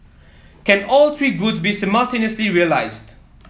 can all three goods be simultaneously realised